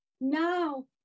now